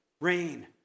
rain